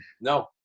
no